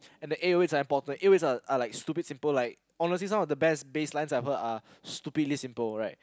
and the A O aids A O aids are are like stupid simple honestly some of the bass lines I've heard are stupidly simple